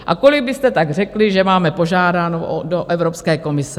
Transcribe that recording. A kolik byste tak řekli, že máme požádáno do Evropské komise?